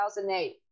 2008